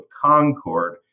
Concord